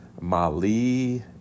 Mali